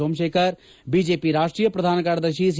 Somashekar BJP ರಾಷ್ಟೀಯ ಪ್ರಧಾನ ಕಾರ್ಯದರ್ಶಿ ಸಿ